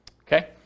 Okay